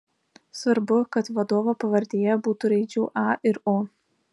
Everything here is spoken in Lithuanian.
svarbu kad vadovo pavardėje būtų raidžių a ir o